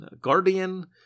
Guardian